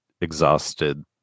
exhausted